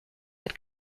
had